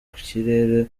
kirere